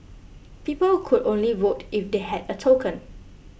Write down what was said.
people could only vote if they had a token